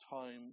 time